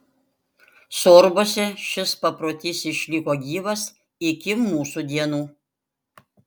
sorbuose šis paprotys išliko gyvas iki mūsų dienų